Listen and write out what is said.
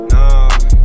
Nah